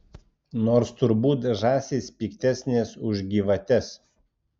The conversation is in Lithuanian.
nors turbūt žąsys piktesnės už gyvates